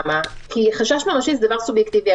"חשש ממשי" זה דבר סובייקטיבי.